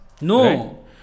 No